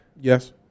Yes